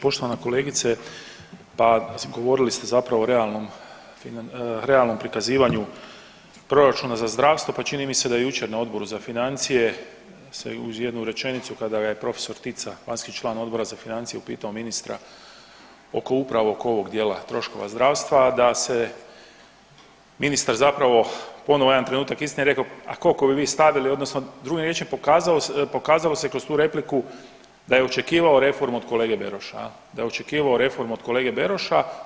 Poštovana kolegice, pa govorili ste zapravo o realnom, realnom prikazivanju proračuna za zdravstvo, pa čini mi se da je jučer na Odboru za financije se uz jednu rečenicu kada ga je prof. Tica, vanjski član Odbora za financije upitao ministra oko, upravo oko ovog dijela troškova zdravstva, da se ministar zapravo ponovo jedan trenutak istine rekao bi vi stavili odnosno drugim riječima pokazalo se, pokazalo se kroz tu repliku da je očekivao reformu od kolege Beroša jel, da je očekivao reformu od kolege Beroša.